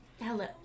Hello